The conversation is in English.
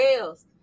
else